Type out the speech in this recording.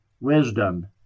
WISDOM